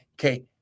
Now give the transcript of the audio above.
okay